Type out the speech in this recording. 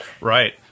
right